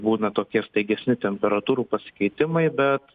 būna tokie staigesni temperatūrų pasikeitimai bet